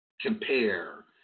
compare